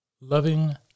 Loving